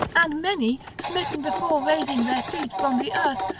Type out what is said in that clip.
and many, smitten before raising their feet from the earth,